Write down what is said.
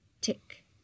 Tick